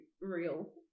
real